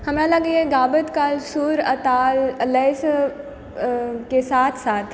हमरा लागैए गाबैत काल सुर आ ताल आ लयसँ के साथ साथ